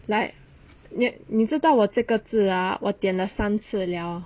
like 你你知道我这个痣 ah 我点了三次了